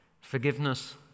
Forgiveness